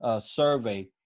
survey